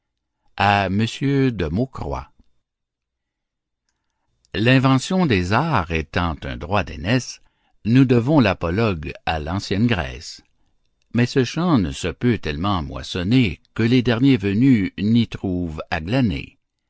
l'invention des arts étant un droit d'aînesse nous devons l'apologue à l'ancienne grèce mais ce champ ne se peut tellement moissonner que les derniers venus n'y trouvent à glaner